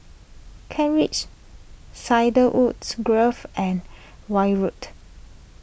Kent Ridge Cedarwoods Grove and Weld Road